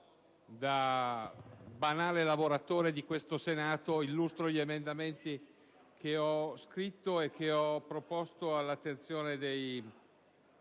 da banale lavoratore di questo Senato, illustro gli emendamenti che ho scritto e proposto all'attenzione dei